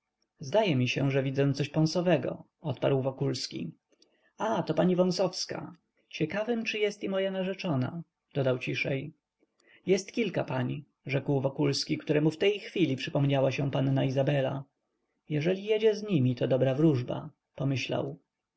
zdaje mi się że widzę coś pąsowego odparł wokulski a to pani wąsowska ciekawym czy jest i moja narzeczona dodał ciszej jest kilka pań rzekł wokulski któremu w tej chwili przypomniała się panna izabela jeżeli jedzie z nimi to dobra wróżba pomyślał